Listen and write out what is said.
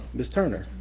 ms. turner?